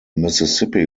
mississippi